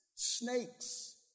Snakes